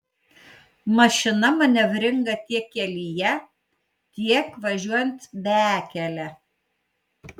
mašina manevringa tiek kelyje tiek važiuojant bekele